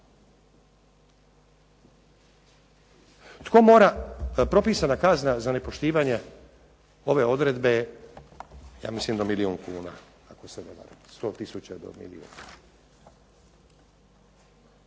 Tko mora, da propisana kazna za nepoštivanje ove odredbe je do milijun kuna, ako se ne varam 100 tisuća do milijun.